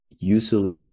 usually